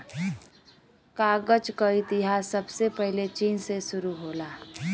कागज क इतिहास सबसे पहिले चीन से शुरु होला